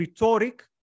rhetoric